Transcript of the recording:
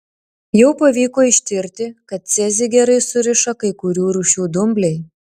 jau pavyko ištirti kad cezį gerai suriša kai kurių rūšių dumbliai